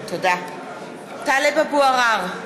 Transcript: (קוראת בשמות חברי הכנסת) טלב אבו עראר,